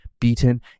beaten